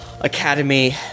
Academy